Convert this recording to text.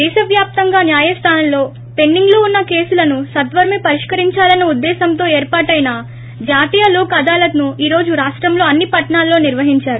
దేశ వ్యాప్తంగా న్యాయస్లానాలలో పెండింగ్ ఉన్న కేసులను సత్వరమే పరిష్కరిచాలన్న ఉద్దేశంలో ఏర్పాటైన జాతీయ లోక్ అదాలతో ఈ రోజు రాష్టంలో అన్ని పట్లణాలలో నిర్వహించారు